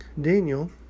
Daniel